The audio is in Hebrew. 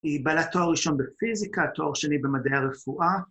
‫היא בעלת תואר ראשון בפיזיקה, ‫תואר שני במדעי הרפואה.